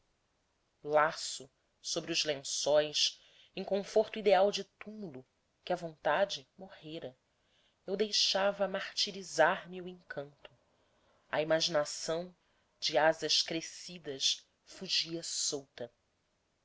lasso sobre os lençóis em conforto ideal de túmulo que a vontade morrera eu deixava martirizar me o encanto a imaginação de asas crescidas fugia solta